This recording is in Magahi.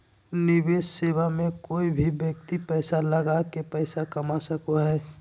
निवेश सेवा मे कोय भी व्यक्ति पैसा लगा के पैसा कमा सको हय